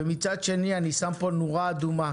ומצד שני, אני שם פה נורה אדומה